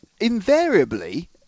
Invariably